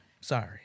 sorry